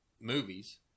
movies